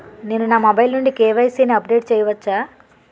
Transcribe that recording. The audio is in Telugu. నేను నా మొబైల్ నుండి కే.వై.సీ ని అప్డేట్ చేయవచ్చా?